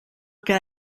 que